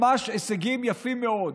ממש הישגים יפים מאוד.